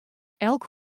elk